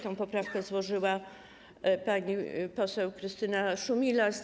Tę poprawkę złożyła pani poseł Krystyna Szumilas.